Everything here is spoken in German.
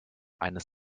eines